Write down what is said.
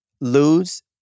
lose